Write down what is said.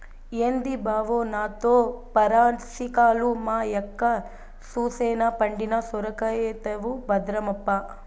ఏంది బావో నాతో పరాసికాలు, మా యక్క సూసెనా పండిన సొరకాయైతవు భద్రమప్పా